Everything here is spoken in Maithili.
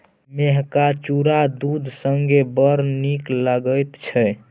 मेहका चुरा दूध संगे बड़ नीक लगैत छै